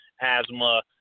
asthma